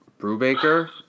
Brubaker